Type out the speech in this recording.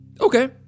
okay